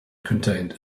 contained